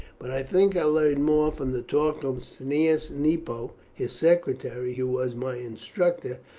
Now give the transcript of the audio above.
but i think i learned more from the talk of cneius nepo, his secretary, who was my instructor,